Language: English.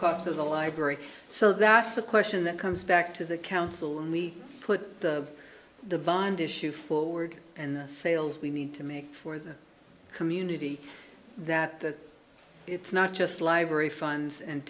cost of the library so that's a question that comes back to the council and we put the bond issue forward in the sales we need to make for the community that that it's not just library funds and